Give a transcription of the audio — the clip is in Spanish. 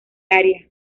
área